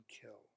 kill